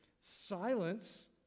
Silence